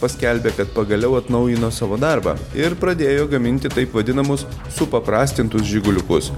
paskelbė kad pagaliau atnaujino savo darbą ir pradėjo gaminti taip vadinamus supaprastintus žiguliukus